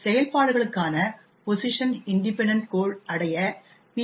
எனவே செயல்பாடுகளுக்கான position independent code அடைய பி